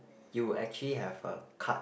you will actually have a card